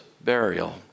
burial